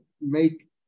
make